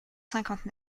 cinquante